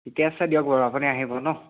ঠিকে আছে দিয়ক বাৰু আপুনি আহিব ন